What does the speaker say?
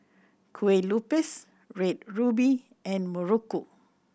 Kueh Lupis Red Ruby and muruku